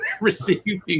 receiving